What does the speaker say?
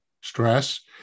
stress